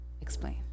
Explain